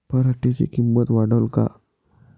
पराटीची किंमत वाढन का?